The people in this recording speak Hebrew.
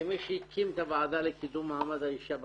כמי שהקים את הוועדה לקידום מעמד האישה בכנסת,